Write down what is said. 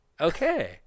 Okay